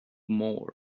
more